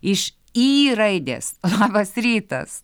iš i raides labas rytas